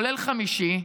כולל חמישי,